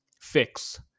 fix